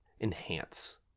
enhance